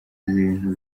ibintu